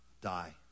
die